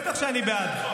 בטח שאני בעד.